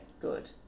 Good